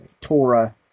Torah